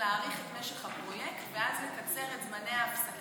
להאריך את משך הפרויקט ואז לקצר את זמני ההפסקה,